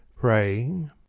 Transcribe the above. praying